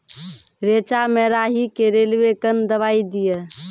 रेचा मे राही के रेलवे कन दवाई दीय?